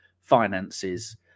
Finances